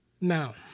Now